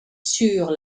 sur